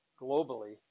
globally